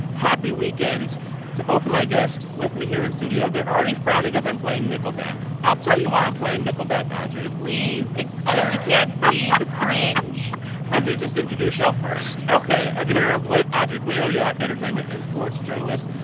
happy weekend to both of my guests with me here in studio. they're already frowning because i'm playing nickelback. i'll tell you why i'm playing nickelback, audrey please explain. you can't see the cringe let me just introduce y'all first. ok, i'm here with audrey cleo yap, entertainment and sports journalist,